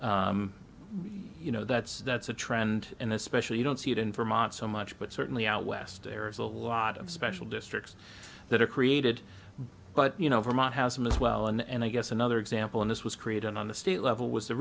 not you know that's that's a trend in especially you don't see it in vermont so much but certainly out west there is a lot of special districts that are created but you know vermont has them as well and i guess another example of this was created on the state level was the